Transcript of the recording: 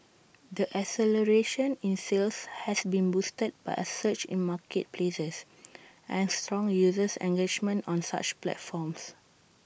the acceleration in sales has been boosted by A surge in marketplaces and strong user engagement on such platforms